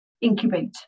incubate